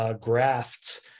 grafts